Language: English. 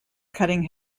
cutting